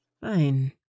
Fine